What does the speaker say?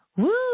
Woo